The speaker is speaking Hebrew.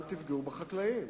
אל תפגעו בחקלאים.